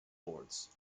lords